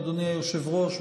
אדוני היושב-ראש,